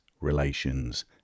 relations